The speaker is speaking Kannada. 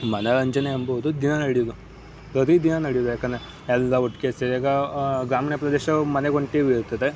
ಮನೋರಂಜನೆ ಎಂಬುದು ದಿನ ನಡೆಯೋದು ಪ್ರತಿ ದಿನ ನಡೆಯೋದು ಏಕೆಂದ್ರೆ ಎಲ್ಲ ಒಟ್ಟಿಗೆ ಸೇರಿದಾಗ ಗ್ರಾಮೀಣ ಪ್ರದೇಶಲ್ಲಿ ಮನೆಗೆ ಒಂದು ಟಿವಿ ಇರುತ್ತದೆ